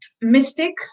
mystic